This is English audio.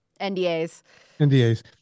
NDAs